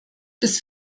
bis